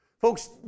Folks